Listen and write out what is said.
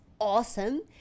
awesome